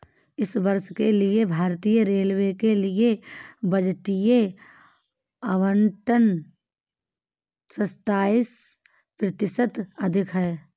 इस वर्ष के लिए भारतीय रेलवे के लिए बजटीय आवंटन सत्ताईस प्रतिशत अधिक है